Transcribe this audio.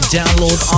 download